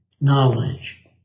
knowledge